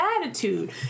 attitude